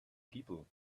people